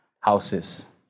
houses